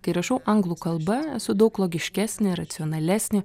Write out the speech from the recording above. kai rašau anglų kalba esu daug logiškesnė racionalesnė